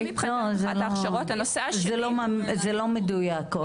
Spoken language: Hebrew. זה לא מדויק.